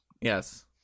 Yes